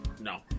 no